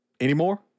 Anymore